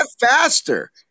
faster